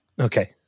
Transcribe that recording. Okay